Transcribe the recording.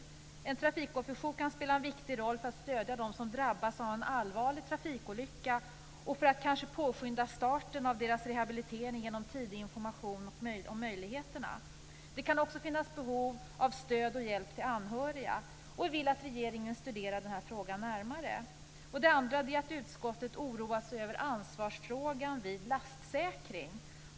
En trafikofferjour kan spela en viktig roll för att stödja dem som drabbats av en allvarlig trafikolycka och för att kanske påskynda starten av deras rehabilitering genom tidig information om möjligheterna. Det kan också finnas behov av stöd och hjälp till anhöriga. Vi vill att regeringen studerar den här frågan närmare. För det andra har utskottet oroat sig över ansvarsfrågan vid lastsäkring.